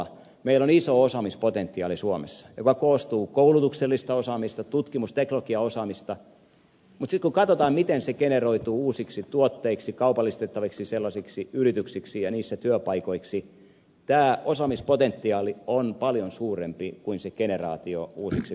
meillä on suomessa iso osaamispotentiaali joka koostuu koulutuksellisesta osaamisesta tutkimus ja teknologiaosaamisesta mutta sitten kun katsotaan miten se generoituu uusiksi tuotteiksi kaupallistettaviksi yrityksiksi ja niissä työpaikoiksi tämä osaamispotentiaali on paljon suurempi kuin se generaatio uusiksi työpaikoiksi